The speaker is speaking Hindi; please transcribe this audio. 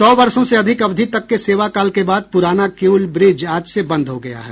सौ वर्षों से अधिक अवधि तक के सेवाकाल के बाद प्राना किऊल ब्रिज आज से बंद हो गया है